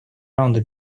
раунда